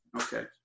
Okay